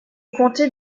comté